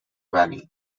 valley